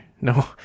no